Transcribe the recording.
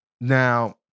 Now